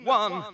one